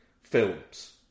films